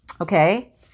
okay